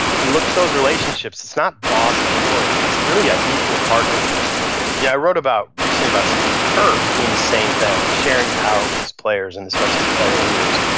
if you look at those relationships, it's not boss employee, it's really an equal partnership yeah i wrote recently about steve kerr who's doing the same thing. sharing power with his players and especially his player leaders.